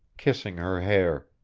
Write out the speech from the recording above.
kissing her hair,